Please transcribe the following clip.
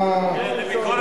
כן, לביקורת המדינה.